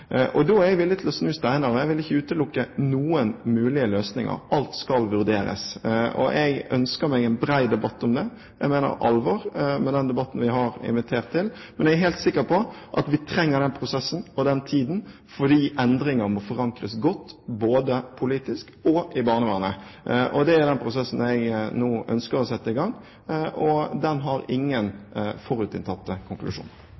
Da er jeg villig til å snu steiner. Jeg vil ikke utelukke noen mulige løsninger. Alt skal vurderes. Jeg ønsker meg en bred debatt om det. Jeg mener alvor med den debatten vi har invitert til, og jeg er helt sikker på at vi trenger den prosessen og den tiden, fordi endringer må forankres godt både politisk og i barnevernet. Det er den prosessen jeg nå ønsker å sette i gang, og den har ingen forutinntatte konklusjoner.